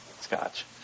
scotch